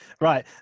Right